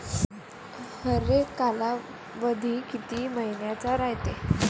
हरेक कालावधी किती मइन्याचा रायते?